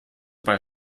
bei